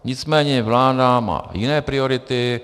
Nicméně vláda má jiné priority.